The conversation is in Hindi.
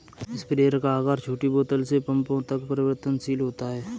स्प्रेयर का आकार छोटी बोतल से पंपों तक परिवर्तनशील होता है